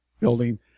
building